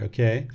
Okay